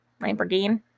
Lamborghini